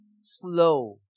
slow